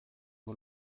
con